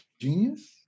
genius